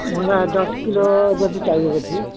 मुला दस किलो जति चाहिएको थियो